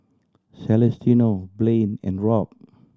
Celestino Blane and Robb